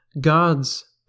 God's